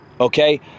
okay